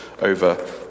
over